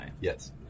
Yes